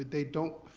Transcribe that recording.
they don't